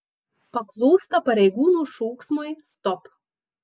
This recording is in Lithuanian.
paklūsta pareigūnų šūksmui stop